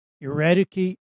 eradicate